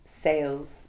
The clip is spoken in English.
sales